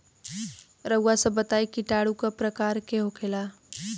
रउआ सभ बताई किटाणु क प्रकार के होखेला?